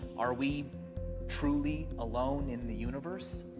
are we truly alone in the universe?